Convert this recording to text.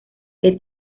que